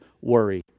worry